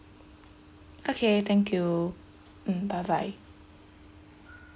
okay thank you mm bye bye